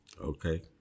Okay